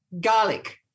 garlic